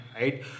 right